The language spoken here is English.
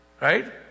right